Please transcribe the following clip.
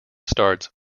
starts